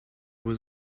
was